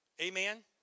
Amen